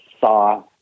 saw